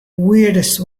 weirdest